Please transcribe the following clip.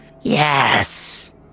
yes